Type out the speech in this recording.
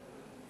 פעם.